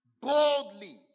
boldly